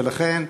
ולכן,